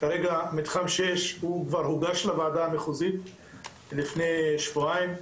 כרגע מתחם 6 הוא כבר הוגש לוועדה המחוזית לפני שבועיים,